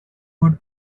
good